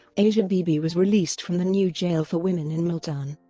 asia bibi was released from the new jail for women in multan.